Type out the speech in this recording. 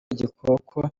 igikoko